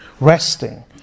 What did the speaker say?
resting